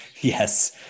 Yes